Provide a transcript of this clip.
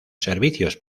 servicios